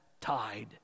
tide